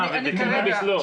אהה ובקנאביס לא?